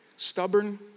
stubborn